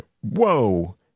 whoa